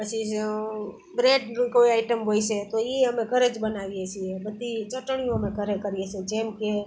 પછી જ બ્રેડનું કોઈ આઇટમ હોય છે તો એ અમે ઘરે જ બનાવીએ છીએ બધી ચટણીઓ અમે ઘરે કરીએ છીએ જેમકે